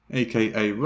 aka